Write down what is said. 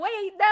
wait